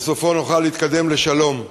בסופו נוכל להתקדם לשלום.